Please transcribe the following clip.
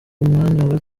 mwanya